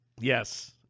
Yes